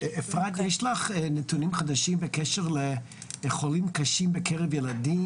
אפרת יש לך נתונים חדשים בקשר לחולים קשים בקרב ילדים?